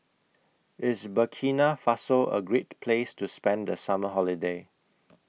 IS Burkina Faso A Great Place to spend The Summer Holiday